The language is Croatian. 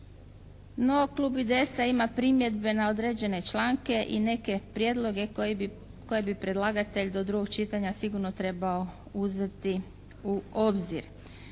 No Klub IDS-a ima primjedbe na određene članke i neke prijedloge koji bi, koje bi predlagatelj do drugog čitanja sigurno trebao uzeti u obzir.